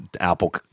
apple